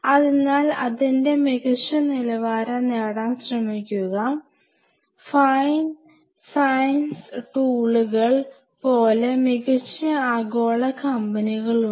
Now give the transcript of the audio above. അതിനാൽ അതിന്റെ മികച്ച നിലവാരം നേടാൻ ശ്രമിക്കുക ഫൈൻ സയൻസ് ടൂളുകൾ പോലെ മികച്ച ആഗോള കമ്പനികളുണ്ട്